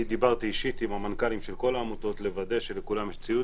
אני דיברתי אישית עם המנכ"לים של כל העמותות לוודא שלכולם יש ציוד